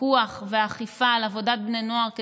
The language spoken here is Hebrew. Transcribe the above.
הפיקוח על עבודת בני נוער והאכיפה,